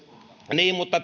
niin mutta